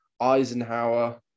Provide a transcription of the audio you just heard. Eisenhower